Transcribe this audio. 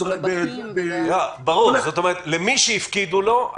כלומר למי שהפקידו לו.